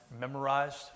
memorized